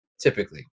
typically